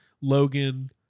Logan